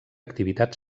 activitat